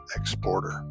exporter